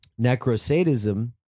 Necrosadism